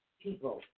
people